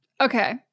Okay